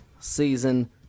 season